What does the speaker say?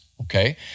okay